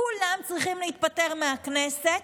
כולם צריכים להתפטר מהכנסת,